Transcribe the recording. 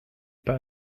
pas